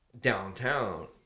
downtown